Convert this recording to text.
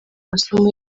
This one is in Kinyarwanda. masomo